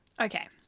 Okay